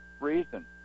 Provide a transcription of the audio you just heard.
reason